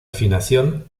afinación